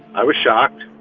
i was shocked,